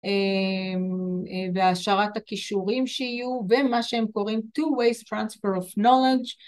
והעשרת הכישורים שיהיו ומה שהם קוראים two ways transfer of knowledge.